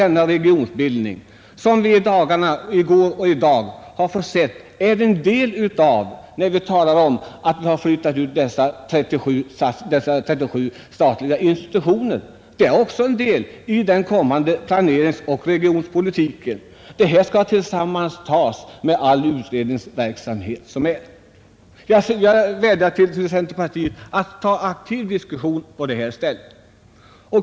Den regionpolitiska åtgärd, som vi under de senaste dagarna hört talas om och som innebär att 37 statliga institutioner skall flyttas ut från huvudstaden, är också en del av planeringen på det regionalpolitiska området. Den skall ses mot bakgrunden av hela den utredningsverksamhet som där pågår. Jag vädjar till centerpartiet att ta upp en aktiv diskussion i det här stycket.